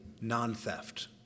non-theft